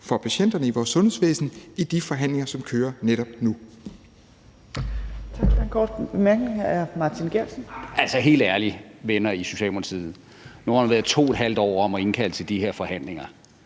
for patienterne i vores sundhedsvæsen, i de forhandlinger, som kører netop nu.